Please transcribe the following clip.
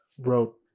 wrote